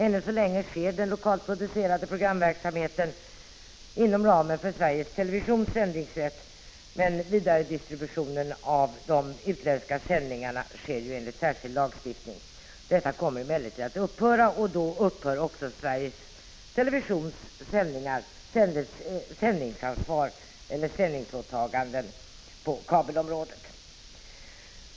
Ännu så länge sker den lokalt producerade programverksamheten inom ramen för Sveriges TV:s sändningsrätt, men vidaredistributionen av de utländska Prot. 1985/86:50 sändningarna sker enligt särskild lagstiftning. Detta kommer emellertid att 12 december 1985 upphöra, och därmed upphör också Sveriges TV:s sändningsåtagande på = Qamiarrram mm kabelområdet.